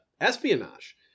espionage